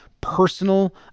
personal